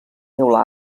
teula